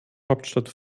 hauptstadt